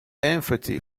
empathy